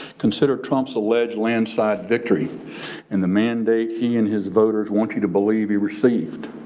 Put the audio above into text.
consider trump's alleged landslide victory and the mandate he and his voters want you to believe he received.